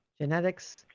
genetics